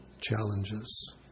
challenges